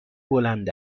بلند